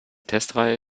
testreihe